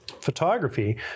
Photography